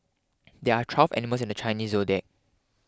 there are twelve animals in the Chinese zodiac